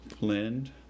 blend